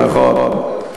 נכון.